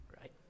right